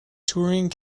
touring